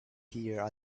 here